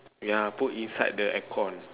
yeah put inside the aircon